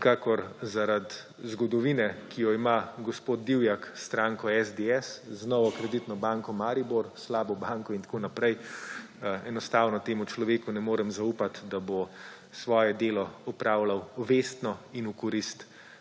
kakor zaradi zgodovine, ki jo ima gospod Divjak s stranko SDS z Novo Kreditno banko Maribor, slabo banko in tako naprej, enostavno temu človeku ne morem zaupati, da bo svoje delo opravljal vestno in v korist